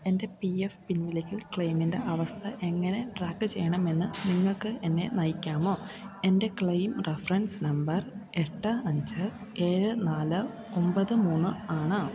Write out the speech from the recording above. എൻ്റെ P F പിൻവലിക്കൽ ക്ലെയിമിൻ്റെ അവസ്ഥ എങ്ങനെ ട്രാക്ക് ചെയ്യണമെന്ന് നിങ്ങൾക്ക് എന്നെ നയിക്കാമോ എൻ്റെ ക്ലെയിം റഫറൻസ് നമ്പർ എട്ട് അഞ്ച് ഏഴ് നാല് ഒമ്പത് മൂന്ന് ആണ്